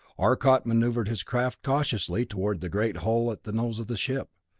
arcot maneuvered his craft cautiously toward the great hole at the nose of the ship,